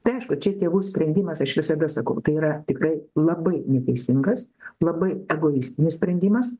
tai aišku čia tėvų sprendimas aš visada sakau tai yra tikrai labai neteisingas labai egoistinis sprendimas